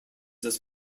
this